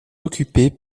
occupé